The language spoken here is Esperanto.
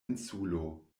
insulo